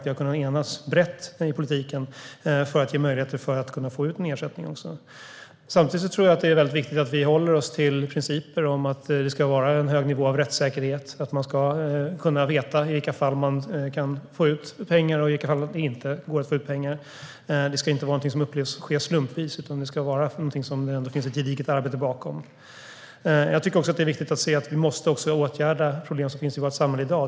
Vi har kunnat enas brett i politiken för att ge möjligheter att få ut en ersättning. Samtidigt är det viktigt att vi håller oss till principer om att det ska vara en hög nivå av rättssäkerhet. Man ska kunna veta i vilka fall som man kan få ut pengar och i vilka fall som man inte kan det. Det ska inte upplevas som att det är någonting som sker slumpvis, utan det ska finnas ett gediget arbete bakom. Jag tycker också att det är viktigt att se att vi måste åtgärda de problem som finns i vårt samhälle i dag.